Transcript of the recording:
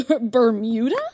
Bermuda